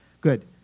Good